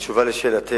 בתשובה על שאלתך,